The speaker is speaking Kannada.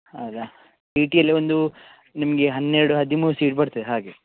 ಹಾಗ ಟಿ ಟಿಯಲ್ಲಿ ಒಂದು ನಿಮಗೆ ಹನ್ನೆರಡು ಹದಿಮೂರು ಸೀಟ್ ಬರ್ತೆ ಹಾಗೆ